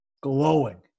glowing